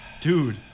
Dude